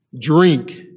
drink